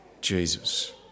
Jesus